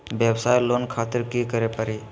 वयवसाय लोन खातिर की करे परी?